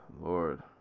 lord